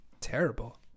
Terrible